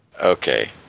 Okay